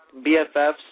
BFFs